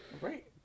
Right